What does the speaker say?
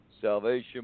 salvation